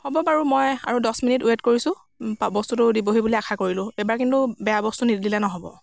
হ'ব বাৰু মই আৰু দহ মিনিট ৱেইট কৰিছোঁ বস্তুটোতো দিবহি বুলি আশা কৰিলোঁ এইবাৰ কিন্তু বেয়া বস্তু দি দিলে নহ'ব